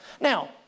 Now